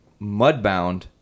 Mudbound